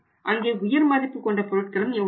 அங்கே உயர் மதிப்பு கொண்ட பொருட்களும் உள்ளன